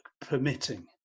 permitting